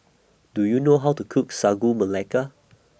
Do YOU know How to Cook Sagu Melaka